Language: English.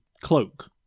cloak